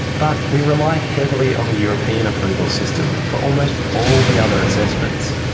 but we rely heavily on the european approvals system for almost all the other assessments.